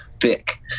thick